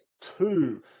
two